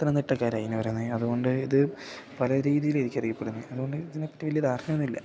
പത്തനംതിട്ടക്കാരായിരിക്കും പറയുന്നത് അതുകൊണ്ട് ഇത് പല രീതിയിൽ ആയിരിക്കും അറിയപ്പെടുന്നത് അതുകൊണ്ട് ഇതിനെപറ്റി ധാരണ ഒന്നും ഇല്ല